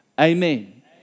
Amen